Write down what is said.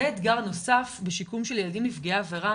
והוא אתגר נוסף בשיקום של ילדים נפגעי עבירה